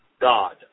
God